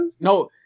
no